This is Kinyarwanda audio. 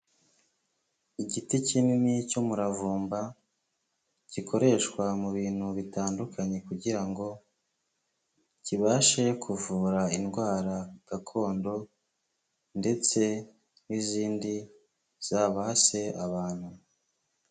Igiti kinini cy'umuravumba, gikoreshwa mu bintu bitandukanye kugira ngo kibashe kuvura indwara gakondo ndetse n'izindi zabase abantu.